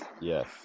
Yes